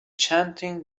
chanting